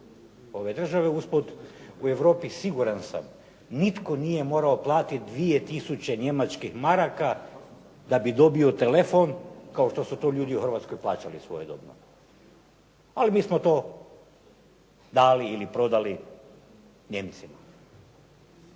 ove države, usput u Europi siguran sam nitko nije morao platiti 2000 njemačkih maraka da bi dobio telefon, kao što su to ljudi u Hrvatskoj plaćali svojedobno. Ali mi smo to dali ili prodali Nijemcima.